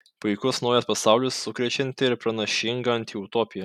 puikus naujas pasaulis sukrečianti ir pranašinga antiutopija